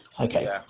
Okay